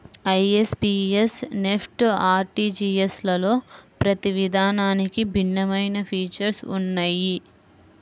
IMPS, NEFT, ఆర్టీజీయస్లలో ప్రతి విధానానికి భిన్నమైన ఫీచర్స్ ఉన్నయ్యి